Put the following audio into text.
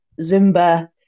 zumba